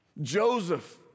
Joseph